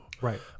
Right